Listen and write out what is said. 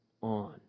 on